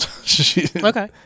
okay